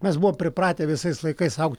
mes buvom pripratę visais laikais augt